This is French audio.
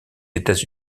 états